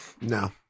No